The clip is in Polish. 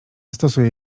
stosuje